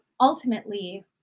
ultimately